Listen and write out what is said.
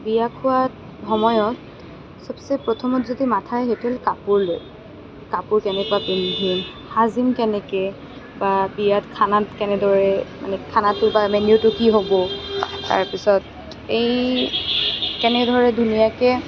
বিয়া খোৱাৰ সময়ত সবচে প্ৰথমত যিটো মাথাত সেইটো কাপোৰ লৈ কাপোৰ কেনেকুৱা পিন্ধিম সাজিম কেনেকৈ বা বিয়াত খানা কেনেদৰে মানে খানাটো বা মেন্যুটো কি হ'ব তাৰপিছত এই কেনেদৰে ধুনীয়াকৈ